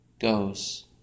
goes